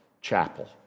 chapel